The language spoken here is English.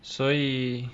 所以